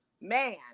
man